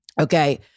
okay